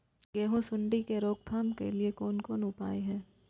गेहूँ सुंडी के रोकथाम के लिये कोन कोन उपाय हय?